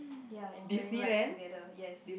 ya enjoying rides together yes